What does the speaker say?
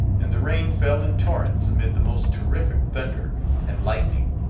and the rain fell in torrents amid the most terrific thunder and lightning.